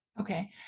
Okay